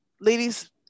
Ladies